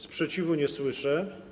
Sprzeciwu nie słyszę.